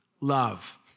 love